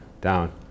down